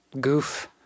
goof